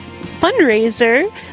fundraiser